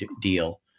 deal